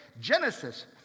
Genesis